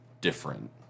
different